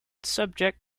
subject